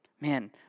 Man